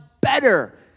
better